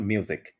Music